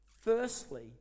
Firstly